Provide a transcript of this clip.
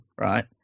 right